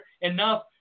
enough